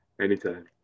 Anytime